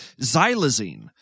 xylazine